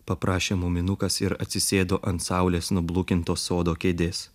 paprašė muminukas ir atsisėdo ant saulės nublukintos sodo kėdės